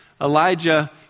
Elijah